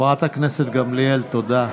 חברת הכנסת גמליאל, תודה.